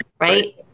Right